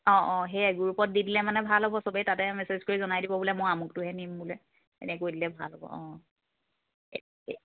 অঁ অঁ সেয়াই গ্ৰুপত দি দিলে মানে ভাল হ'ব সবেই তাতে মেছেজ কৰি জনাই দিব বোলে মই আমুকটোহে নিম বোলে এনেকৈ দিলে ভাল হ'ব অঁ এ এ